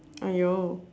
!aiyo!